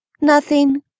Nothing